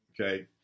okay